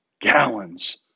Gallons